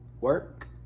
work